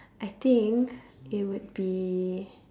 I think it would be